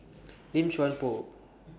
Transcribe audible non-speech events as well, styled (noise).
Lim (noise) Chuan Poh